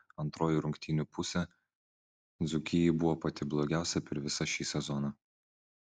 antroji rungtynių pusė dzūkijai buvo pati blogiausia per visą šį sezoną